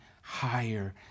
higher